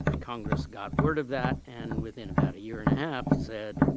congress got word of that and within about a year and a half said,